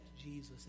Jesus